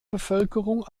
bevölkerung